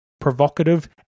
provocative